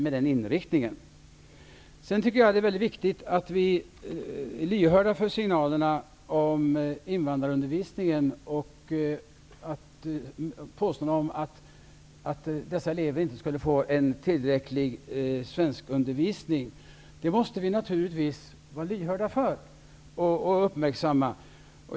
Det är väldigt viktigt att vi är lyhörda för signalerna om invandrarundervisningen och påståendena om att invandrareleverna inte skulle få en tillräcklig svenskundervisning. Sådana signaler måste vi naturligtvis uppmärksamma.